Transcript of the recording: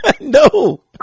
no